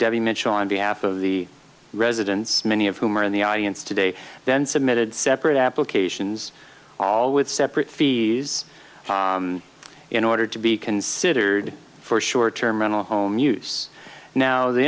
subsequently on behalf of the residents many of whom are in the audience today then submitted separate applications all with separate fees in order to be considered for short term mental home use now the